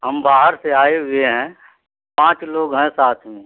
हम बाहर से आए हुए हैं पाँच लोग हैं साथ में